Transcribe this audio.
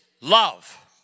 love